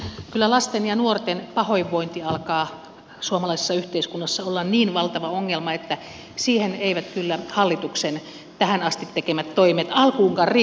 kyllä lasten ja nuorten pahoinvointi alkaa suomalaisessa yhteiskunnassa olla niin valtava ongelma että siihen eivät kyllä hallituksen tähän asti tekemät toimet alkuunkaan riitä